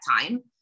time